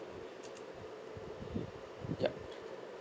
yup